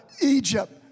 Egypt